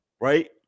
right